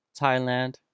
thailand